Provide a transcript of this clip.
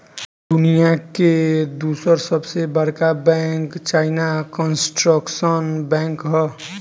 दुनिया के दूसर सबसे बड़का बैंक चाइना कंस्ट्रक्शन बैंक ह